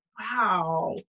wow